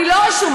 אני לא רשומה.